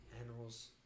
Animals